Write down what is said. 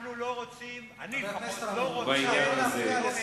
אנחנו לא רוצים, אני לפחות לא רוצה את וולג'ה.